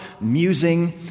musing